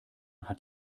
hat